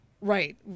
Right